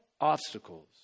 obstacles